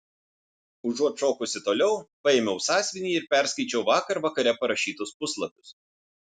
užuot šokusi toliau paėmiau sąsiuvinį ir perskaičiau vakar vakare parašytus puslapius